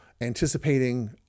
anticipating